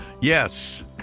Yes